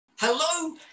Hello